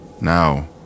Now